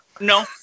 No